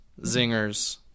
zingers